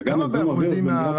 וגם זיהום האוויר.